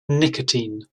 nicotine